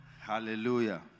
Hallelujah